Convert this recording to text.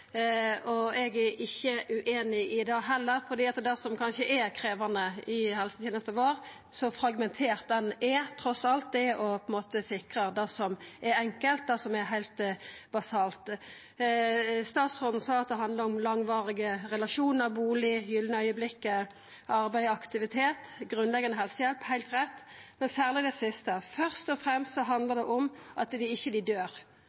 enkelt. Eg er ikkje ueinig i det heller, for det som kanskje er krevjande i helsetenesta vår – så fragmentert den trass alt er – er å sikra det som er enkelt, det som er heilt basalt. Statsråden sa at det handlar om langvarige relasjonar, bustad, «det gylne øyeblikket», arbeid og aktivitet og grunnleggjande helsehjelp, og det er heilt rett, men særleg det siste. Først og fremst handlar det om at dei ikkje døyr, at dei